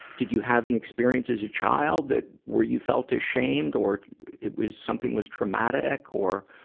did you have an experience as a child that, where you felt ashamed or it was, something was traumatic or,